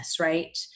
right